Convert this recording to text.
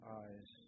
eyes